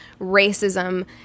racism